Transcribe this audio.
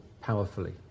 powerfully